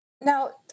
Now